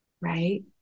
right